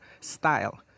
style